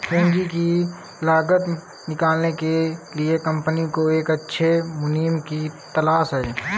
पूंजी की लागत निकालने के लिए कंपनी को एक अच्छे मुनीम की तलाश है